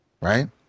Right